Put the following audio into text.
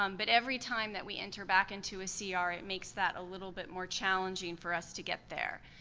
um but every time that we enter back into ah a ah cr, it makes that a little bit more challenging for us to get there.